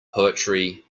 poetry